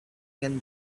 can